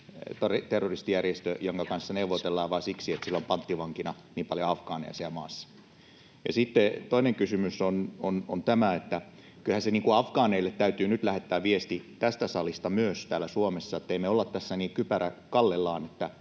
terroristijärjestö, jonka kanssa neuvotellaan vain siksi, että sillä on panttivankina niin paljon afgaaneja siellä maassa? Ja sitten toinen kysymys on tämä, että kyllähän afgaaneille täytyy nyt lähettää viesti tästä salista myös täältä Suomesta, että ei me olla tässä niin kypärä kallellaan